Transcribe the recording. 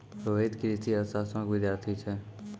रोहित कृषि अर्थशास्त्रो के विद्यार्थी छै